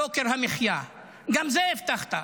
יוקר המחיה, גם את זה הבטחת,